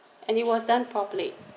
and it was done properly